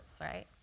right